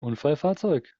unfallfahrzeug